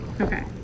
Okay